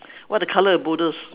what are the colour of the boulders